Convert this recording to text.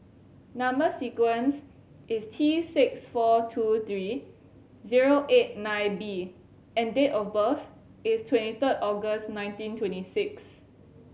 number sequence is T six four two three zero eight nine B and date of birth is twenty third August nineteen twenty six